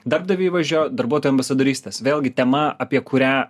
darbdavio įvaizdžio darbuotojam ambasadorystės vėlgi tema apie kurią